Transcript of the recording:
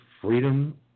freedom